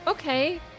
Okay